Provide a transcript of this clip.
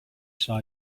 saw